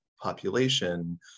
population